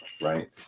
right